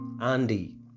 Andy